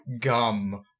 gum